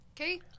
Okay